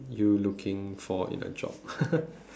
you looking for in a job